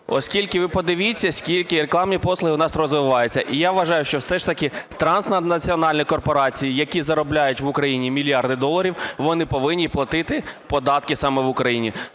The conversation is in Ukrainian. оскільки, ви подивіться, скільки рекламні послуги у нас розвиваються. І я вважаю, що все ж таки транснаціональні корпорації, які заробляють в Україні мільярди доларів, вони повинні платити податки саме в Україні.